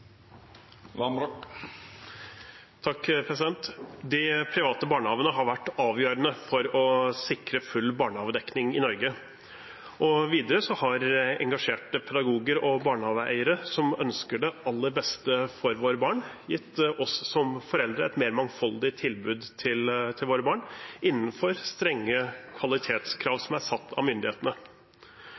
De private barnehagene har vært avgjørende for å sikre full barnehagedekning i Norge. Videre har engasjerte pedagoger og barnehageeiere som ønsker det aller beste for våre barn, gitt oss som foreldre et mer mangfoldig tilbud til våre barn, innenfor strenge kvalitetskrav satt av myndighetene.